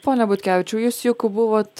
pone butkevičiau jūs juk buvot